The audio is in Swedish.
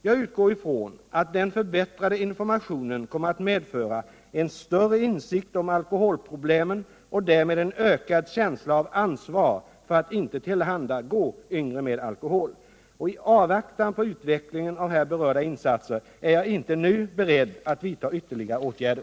Jag utgår ifrån att den förbättrade informationen kommer att medföra en större insikt om alkoholproblemen och därmed en ökad känsla av ansvar för att inte tillhandagå yngre med alkohol. I avvaktan på utvecklingen av här berörda insatser är jag inte nu beredd att vidta några ytterligare åtgärder.